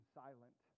silent